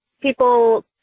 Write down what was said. people